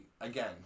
again